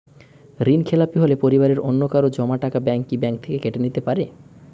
ঋণখেলাপি হলে পরিবারের অন্যকারো জমা টাকা ব্যাঙ্ক কি ব্যাঙ্ক কেটে নিতে পারে?